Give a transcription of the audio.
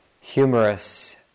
humorous